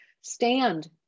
stand